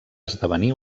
esdevenir